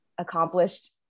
accomplished